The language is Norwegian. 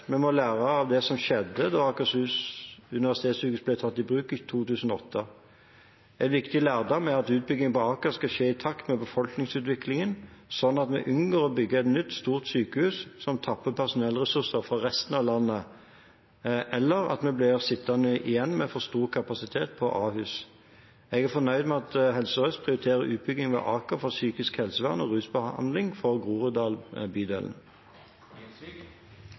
Vi må lære av det som skjedde da Akershus universitetssykehus ble tatt i bruk i 2008. En viktig lærdom er at utbyggingen på Aker skal skje i takt med befolkningsutviklingen, slik at vi unngår å bygge et nytt stort sykehus som tapper personellressurser fra resten av landet – eller at vi blir sittende igjen med for stor kapasitet på Ahus. Jeg er fornøyd med at Helse Sør-Øst prioriterer utbygging ved Aker for psykisk helsevern og rusbehandling for